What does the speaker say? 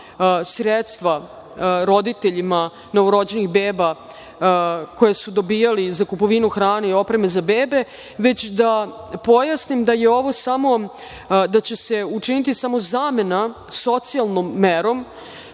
sredstva roditeljima novorođenih beba koje su dobijali za kupovinu hrane i opreme za bebe, već da pojasnim da će se učiniti samo zamena socijalnom merom